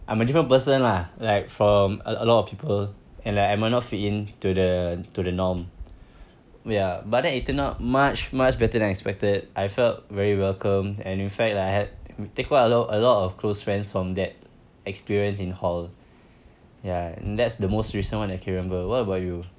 I'm a different person lah like from a a lot of people and then I might not fit in to the to the norm ya but then it turned out much much better than expected I felt very welcome and in fact I had take take quite a lot of a lot of close friends from that experience in hall ya and that's the most recent one I can remember what about you